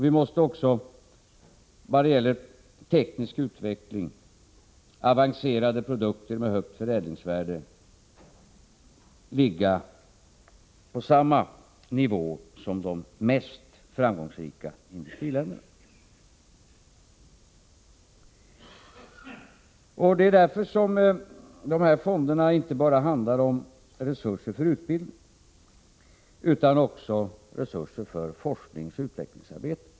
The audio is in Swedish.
Vi måste också i vad gäller teknisk utveckling och avancerade produkter med högt förädlingsvärde ligga på samma nivå som de mest framgångsrika industriländerna. Det är därför de här fonderna inte bara handlar om resurser för utbildning, utan också om resurser för forskningsoch utvecklingsarbete.